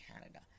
Canada